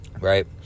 Right